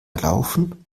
laufen